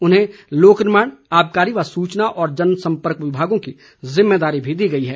उन्हें लोक निर्माण आबकारी व सूचना और जनसंपर्क विभागों की जिम्मेदारी भी दी गई है